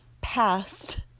past